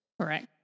Correct